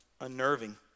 unnerving